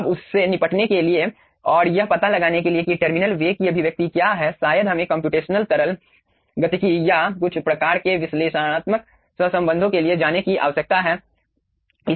अब उस से निपटने के लिए और यह पता लगाने के लिए कि टर्मिनल वेग की अभिव्यक्ति क्या हैशायद हमें कम्प्यूटेशनल तरल गतिकी या कुछ प्रकार के विश्लेषणात्मक सहसंबंधों के लिए जाने की आवश्यकता है